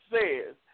says